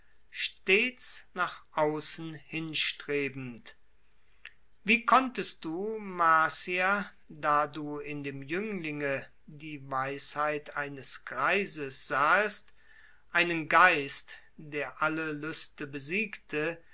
stets nach außen hinstrebend wie konntest du marcia da du in dem jünglinge die weisheit eines greises sahest einen geist der alle lüste besiegte